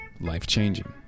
life-changing